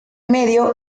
medio